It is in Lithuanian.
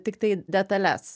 tiktai detales